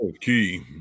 key